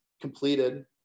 completed